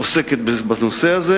עוסקת בנושא הזה.